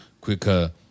quicker